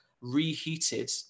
reheated